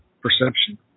perception